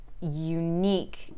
unique